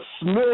Smith